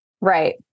Right